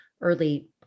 early